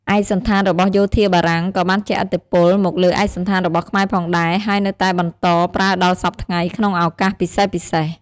ឯកសណ្ឋានរបស់យោធាបារាំងក៏បានជះឥទ្ធិពលមកលើឯកសណ្ឋានរបស់ខ្មែរផងដែរ ហើយនៅតែបន្តប្រើដល់សព្វថ្ងៃក្នុងឱកាសពិសេសៗ។